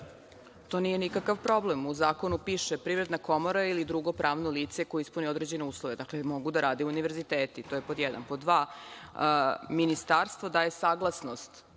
To nije nikakav problem. U zakonu piše: Privredna komora ili drugo pravno lice koje ispuni određene uslove. Dakle, mogu da rade univerziteti. To je pod jedan. Pod dva, ministarstvo daje saglasnost